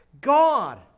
God